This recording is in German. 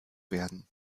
werden